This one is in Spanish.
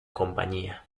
compañía